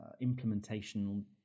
implementation